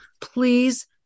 Please